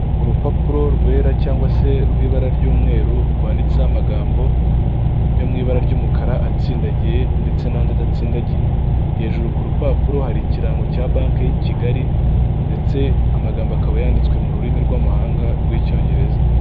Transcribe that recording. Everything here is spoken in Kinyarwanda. Urupapuro rwera cyangwa se rw'ibara ry'umweru rwanditseho amagambo yo mu ibara ry'umukara atsindagiye ndetse n'andi adatsindagiye, hejuru ku rupapuro hari ikirango cya banki ya Kigali ndetse amagambo akaba yanditswe mu rurimi rw'amahanga rw'icyongereza.